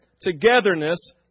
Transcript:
togetherness